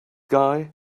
guy